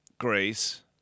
Greece